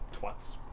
Twats